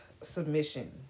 submission